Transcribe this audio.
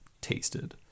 tasted